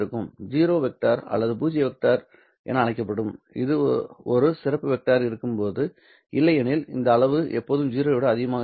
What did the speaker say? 0 vector அல்லது பூஜ்ய vector என அழைக்கப்படும் ஒரு சிறப்பு வெக்டர் இருக்கும்போது இல்லையெனில் இந்த அளவு எப்போதும் 0 ஐ விட அதிகமாக இருக்கும்